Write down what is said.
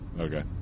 Okay